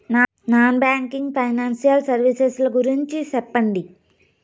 Non banking financial services ల గురించి సెప్పండి?